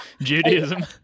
Judaism